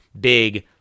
big